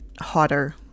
hotter